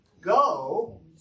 Go